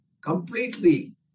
completely